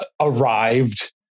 arrived